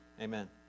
amen